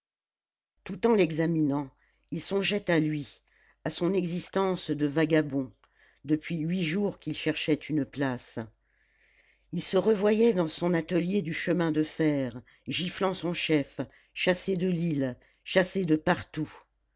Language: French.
tout en l'examinant il songeait à lui à son existence de vagabond depuis huit jours qu'il cherchait une place il se revoyait dans son atelier du chemin de fer giflant son chef chassé de lille chassé de partout